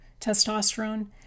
testosterone